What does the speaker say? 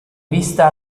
vista